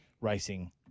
racing